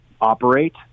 operate